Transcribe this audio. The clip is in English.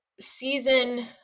season